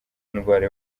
indwara